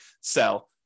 sell